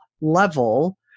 level